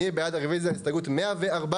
מי בעד רביזיה להסתייגות מספר 111?